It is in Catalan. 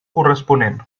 corresponent